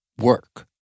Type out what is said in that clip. work